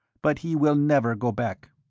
but he will never go back.